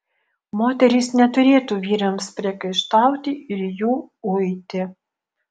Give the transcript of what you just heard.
moterys neturėtų vyrams priekaištauti ir jų uiti